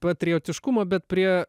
patriotiškumo bet prie